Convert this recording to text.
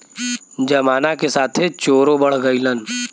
जमाना के साथे चोरो बढ़ गइलन